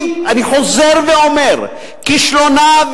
ואני חוזר ואומר: כישלונה,